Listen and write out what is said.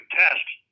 tests